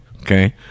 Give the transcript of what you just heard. okay